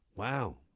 Wow